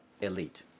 Elite